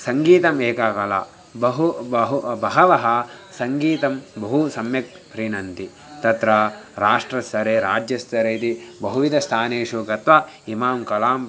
सङ्गीतम् एका कला बहु बहु बहवः सङ्गीतं बहु सम्यक् प्रीणन्ति तत्र राष्ट्रस्तरे राज्यस्तरे इति बहुविदस्तानेषु गत्वा इमां कलां